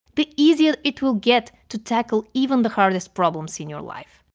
the easier it will get to tackle even the hardest problems in your life.